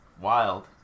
Wild